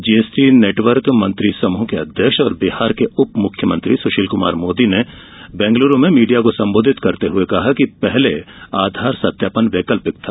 GST network मंत्री समूह के अध्यक्ष और बिहार के उप मुख्यमंत्री सुशील कुमार मोदी ने बंगलुरु में मीडिया को संबोधित करते हुए कहा कि पहले आधार सत्यापन वैकल्पिक था